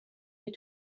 you